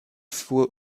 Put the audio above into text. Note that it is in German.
fuhr